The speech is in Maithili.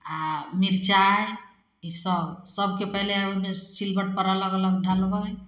आओर मिरचाइ ईसब सबके पहिले ओहिमे सिलवटपर अलग अलग डालबै